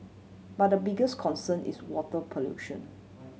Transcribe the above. but the biggest concern is water pollution